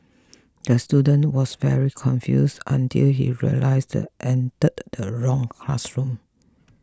the student was very confused until he realised entered the wrong classroom